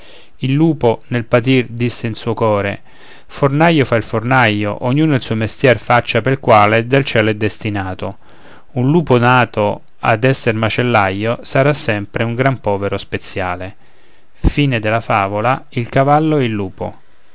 il lupo nel partir disse in suo core fornaio fa il fornaio ognun il suo mestier faccia pel quale dal cielo è destinato un lupo nato ad esser macellaio sarà sempre un gran povero speziale e